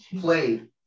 Played